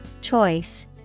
Choice